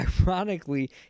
ironically